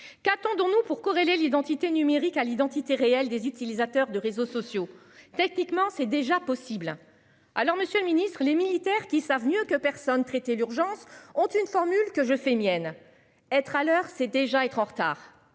Qu'attendons-nous pour corréler l'identité numérique à l'identité réelle des utilisateurs de réseaux sociaux. Techniquement c'est déjà possible. Alors Monsieur le Ministre, les militaires qui savent mieux que personne, traiter l'urgence ont une formule que je fais mienne être à l'heure, c'est déjà être en retard